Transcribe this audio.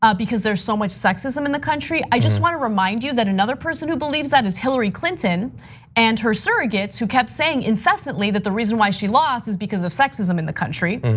ah because there's so much sexism in the country. i just wanna remind you that another person who believes that is hillary clinton and her surrogates who kept saying incessantly, that the reason why she lost is because of sexism in the country,